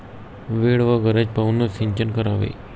वेळ व गरज पाहूनच सिंचन करावे